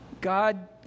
God